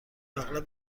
اغلب